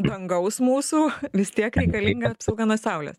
dangaus mūsų vis tiek reikalinga apsauga nuo saulės